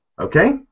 okay